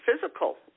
physical